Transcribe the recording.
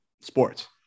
sports